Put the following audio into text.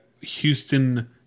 Houston